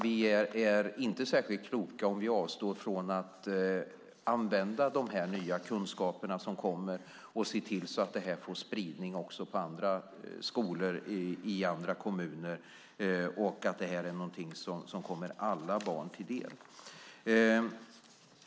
Vi är inte särskilt kloka om vi avstår från att använda de nya kunskaper som kommer och se till att det får spridning också på andra skolor i andra kommuner så att det kommer alla barn till del.